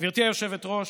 גברתי היושבת-ראש,